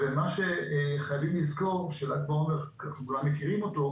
חייבים לזכור שאנחנו מכירים את ל"ג בעומר